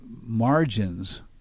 margins